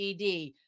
ED